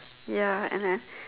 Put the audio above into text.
ya and then